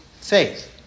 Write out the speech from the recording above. faith